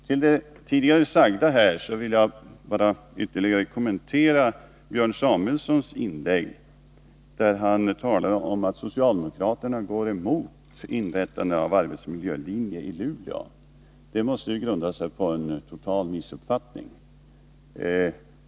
Till det tidigare sagda vill jag sedan foga en kommentar till Björn Samuelsons inlägg, där han sade att socialdemokraterna går emot inrättandet av en arbetsmiljölinje i Luleå. Det påståendet måste grunda sig på en total missuppfattning.